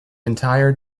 entire